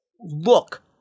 Look